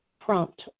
prompt